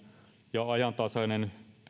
ja ajantasaisen tilannekuvan